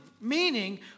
meaning